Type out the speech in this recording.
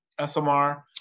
SMR